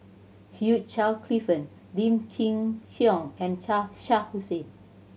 Hugh Charle Clifford Lim Chin Siong and Shah Hussain